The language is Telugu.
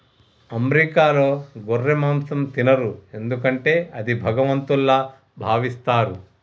అమెరికాలో గొర్రె మాంసం తినరు ఎందుకంటే అది భగవంతుల్లా భావిస్తారు